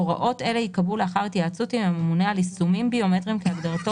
הוראות אלה ייקבעו לאחר התייעצות עם הממונה על יישומים ביומטריים כהגדרתו